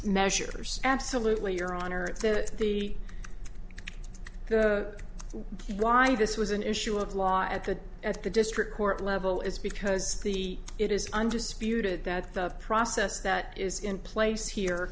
measures absolutely your honor that the why this was an issue of law at the at the district court level is because the it is undisputed that the process that is in place here